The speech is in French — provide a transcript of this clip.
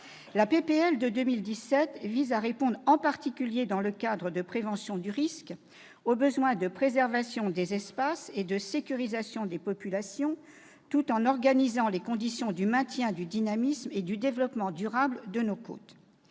de loi de 2017 visait à répondre, dans le cadre de la prévention du risque, « au besoin de préservation des espaces et de sécurisation des populations, tout en organisant les conditions du maintien du dynamisme et du développement durable de nos côtes